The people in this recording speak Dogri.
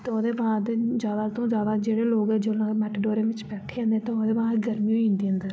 ते ओह्दे बाद ज्यादा तों ज्यादा जेह्ड़े लोग जेल्लै मेटाडोरै बिच्च बैठे होंदे ओह्दे बाद च गर्मी होई जन्दी अंदर